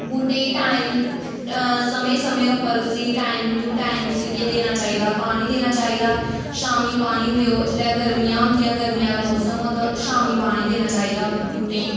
बूह्टें गी टाइम समें समें उप्पर उस्सी टाइम टू टाइम उस्सी केह् देना चाहिदा पानी देना चाहिदा शामी पानी देओ जिल्लै गर्मियां होंदियां गर्मियां दा मौसम होंदा शामी पानी देना चाहिदा बूह्टें गी